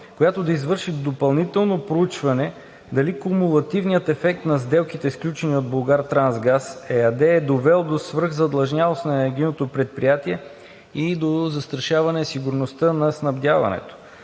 която да извърши допълнително проучване дали кумулативният ефект на сделките, сключени от „Булгартрансгаз“ ЕАД, е довел до свръхзадлъжнялост на енергийното предприятие и до застрашаване сигурността на снабдяването.